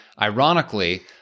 ironically